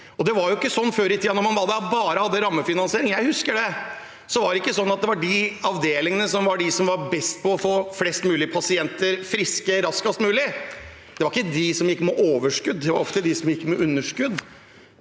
Det var ikke slik før i tiden, da man bare hadde rammefinansiering. Jeg husker det. Det var ikke slik at det var de avdelingene som var best til å få flest mulig pasienter friske raskest mulig, som gikk med overskudd. Det var ofte de som gikk med underskudd,